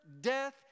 death